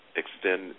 extend